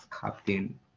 captain